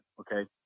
okay